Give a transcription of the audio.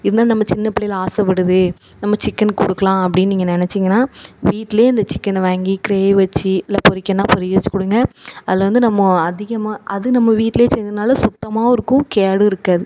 இருந்தாலும் நம்ம சின்னப்பிள்ளைகள் ஆசைப்படுது நம்ம சிக்கென் கொடுக்கலாம் அப்படின் நீங்கள் நினச்சீங்கன்னா வீட்டில் இந்த சிக்கெனை வாங்கி க்ரேவி வச்சு இல்லை பொரிக்கன்னா பொரிய வச்சிக்கொடுங்க அதில் வந்து நம்ம அதிகமாக அது நம்ம வீட்டில் செய்கிறதுனால சுத்தமாகவும் இருக்கும் கேடு இருக்காது